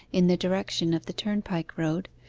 in the direction of the turnpike road,